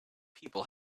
people